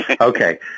Okay